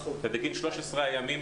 בגין 13 הימים